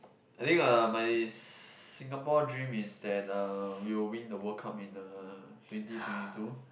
I think uh my Singapore dream is that uh we will win the World Cup in uh twenty twenty two